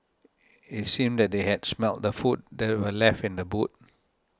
it seemed that they had smelt the food that were left in the boot